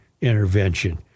intervention